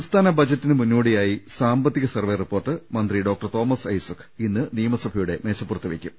സംസ്ഥാന ബജറ്റിന് മുന്നോടിയായി സാമ്പത്തിക സർവ്വെ റിപ്പോർട്ട് മന്ത്രി ഡോക്ടർ തോമസ് ഐസക് ഇന്ന് നിയമസഭയുടെ മേശപ്പുറത്ത് വയ്ക്കും